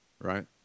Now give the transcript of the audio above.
right